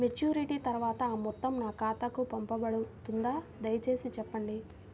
Maturity తర్వాత ఆ మొత్తం నా ఖాతాకు పంపబడుతుందా? దయచేసి చెప్పండి?